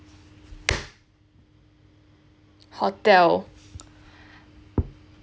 hotel